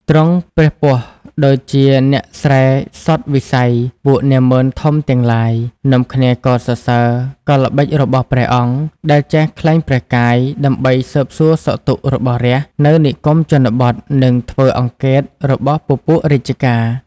ទ្រង់ព្រះពស្ត្រដូចជាអ្នកស្រែសុទ្ធវិស័យពួកនាហ្មឺនធំទាំងឡាយ នាំគ្នាកោតសរសើរកលល្បិចរបស់ព្រះអង្គ ដែលចេះក្លែងព្រះកាយ ដើម្បីស៊ើបសួរសុខទុក្ខរបស់រាស្ត្រនៅនិគមជនបទ នឹងធ្វើអង្កេតរបស់ពពួករាជការ ។